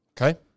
Okay